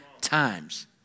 times